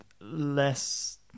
less